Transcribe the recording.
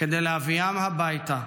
כדי להביאם הביתה.